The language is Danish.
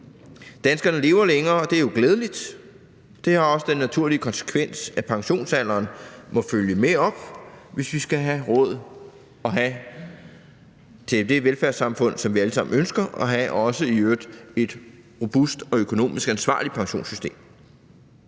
Danskerne lever længere, og det er jo glædeligt. Det har også den naturlige konsekvens, at pensionsalderen må følge med op, hvis vi skal have råd til det velfærdssamfund, som vi alle sammen ønsker, og også i øvrigt have et robust og økonomisk ansvarligt pensionssystem.